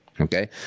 okay